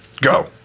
Go